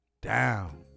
down